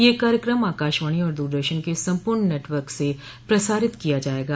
यह कार्यक्रम आकाशवाणी और दूरदर्शन के सम्पूर्ण नेटवर्क से प्रसारित किया जायेगा